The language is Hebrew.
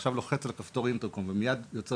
ועכשיו לוחץ על כפתור אינטרקום ומיד יוצר